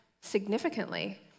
significantly